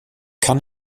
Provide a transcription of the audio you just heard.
kann